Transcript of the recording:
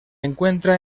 encuentra